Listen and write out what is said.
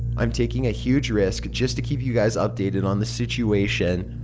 i'm taking a huge risk just to keep you guys updated on the situation.